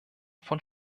von